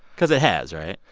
because it has, right?